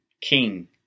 king